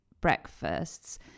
breakfasts